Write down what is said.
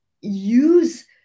use